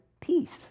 peace